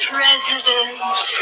President